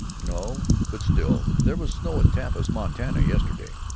no, but still, there was snow at tiflis, montana, yesterday,